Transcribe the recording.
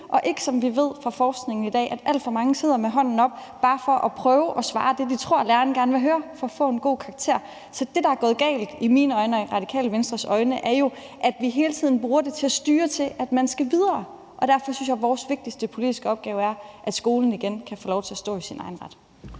være, som vi fra forskningen ved det er i dag: at alt for mange sidder med hånden oppe bare for at prøve at svare det, de tror læreren gerne vil høre, for at få en god karakter. Så det, der i mine øjne og i Radikale Venstres øjne er gået galt, er jo, at vi hele tiden bruger det til at styre efter, at man skal videre, og derfor synes jeg, at vores vigtigste politiske opgave er, at skolen igen kan få lov til at stå i sin egen ret.